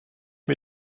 mir